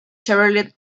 chevrolet